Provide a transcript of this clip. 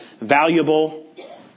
valuable